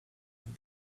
and